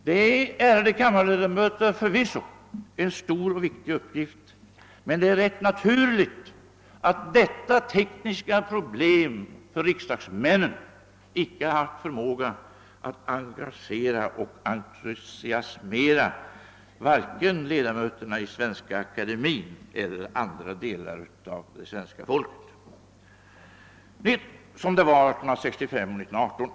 Det är, ärade kammarledamöter, förvisso en stor och viktig uppgift, men det är rätt naturligt att detta tekniska problem för riksdagsmännen icke har haft förmåga att engagera och entusiasmera vare sig ledamöterna av Svenska akademien eller andra delar av det svenska folket, som fallet var 1865 och 1918.